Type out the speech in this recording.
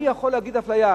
מי יכול להגיד "אפליה",